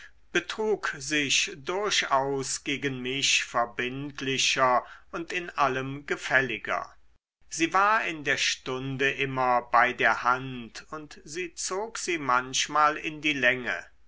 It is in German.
betrug sich durchaus gegen mich verbindlicher und in allem gefälliger sie war in der stunde immer bei der hand und zog sie manchmal in die länge